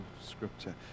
Scripture